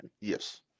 Yes